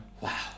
Wow